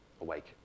awake